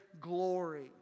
glory